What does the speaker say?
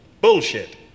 Bullshit